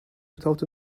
without